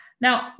Now